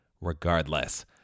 regardless